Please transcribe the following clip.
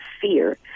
fear